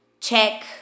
check